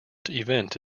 event